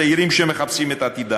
צעירים שמחפשים את עתידם,